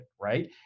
right